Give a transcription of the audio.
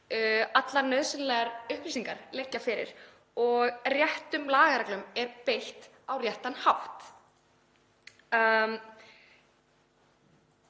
allar nauðsynlegar upplýsingar liggja fyrir og réttum lagareglum er beitt á réttan hátt.